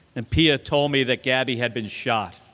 and pia told me that gabby had been shot.